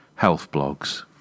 healthblogs